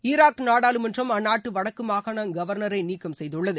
Iraq நாடாளுமன்றம் அந்நாட்டு வடக்கு மாகாண கவர்னரை நீக்கம் செய்துள்ளது